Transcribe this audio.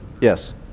Yes